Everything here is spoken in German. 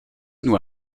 nur